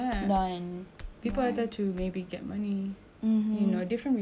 you know different reasons but for school it's just school people don't have other reasons